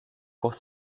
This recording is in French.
court